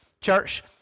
Church